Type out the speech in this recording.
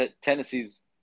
Tennessee's